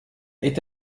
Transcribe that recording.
est